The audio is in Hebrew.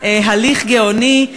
הליך גאוני,